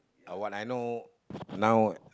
what I know now